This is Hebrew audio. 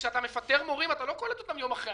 כשאתה מפטר מורים אתה לא קולט אותם יום אחרי.